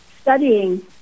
studying